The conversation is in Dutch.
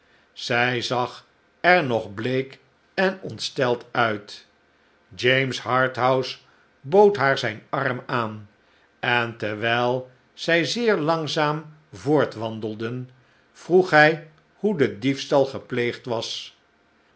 zij zag er nog bleek en ontsteld uit james harthouse bood haar zijn arm aan en terwijl zij zeer langzaam voortwandelden vroeg hij hoe de diefstal gepleegd was